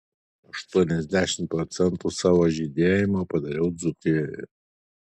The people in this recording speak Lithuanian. aštuoniasdešimt procentų savo žydėjimo padariau dzūkijoje